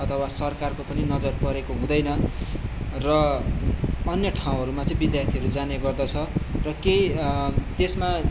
अथवा सरकारको पनि नजर परेको हुँदैन र अन्य ठाउँहरूमा चाहिँ विद्यार्थीहरू जाने गर्दछ र केही त्यसमा